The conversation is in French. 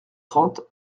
trente